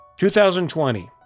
2020